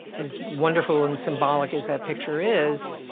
as wonderful and symbolic as that picture is,